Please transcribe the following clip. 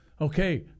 okay